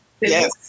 Yes